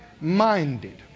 minded